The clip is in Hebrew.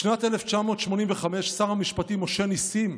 בשנת 1985 שר המשפטים משה נסים,